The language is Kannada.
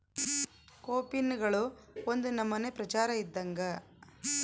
ಕೋಪಿನ್ಗಳು ಒಂದು ನಮನೆ ಪ್ರಚಾರ ಇದ್ದಂಗ